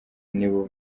nibo